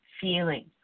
feeling